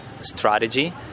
strategy